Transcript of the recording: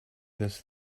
this